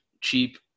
cheap